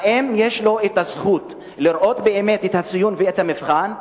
האם יש לו זכות לראות באמת את הציון ואת המבחן?